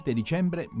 dicembre